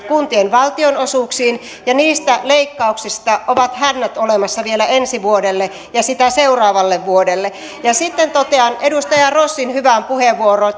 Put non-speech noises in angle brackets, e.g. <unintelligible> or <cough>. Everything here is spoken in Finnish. <unintelligible> kuntien valtionosuuksiin ja niistä leikkauksista ovat hännät olemassa vielä ensi vuodelle ja sitä seuraavalle vuodelle sitten totean edustaja rossin hyvään puheenvuoroon <unintelligible>